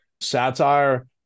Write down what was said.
Satire